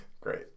Great